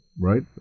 right